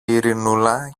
ειρηνούλα